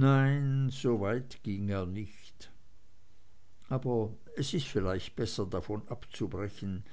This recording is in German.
nein so weit ging er nicht aber es ist vielleicht besser davon abzubrechen